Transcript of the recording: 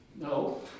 No